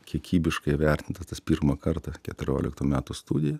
kiekybiškai įvertintas tas pirmą kartą keturioliktų metų studija